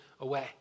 away